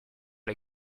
les